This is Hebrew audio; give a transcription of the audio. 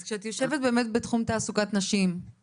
אז כשאת יושבת באמת תחת תחום תעסוקת נשים,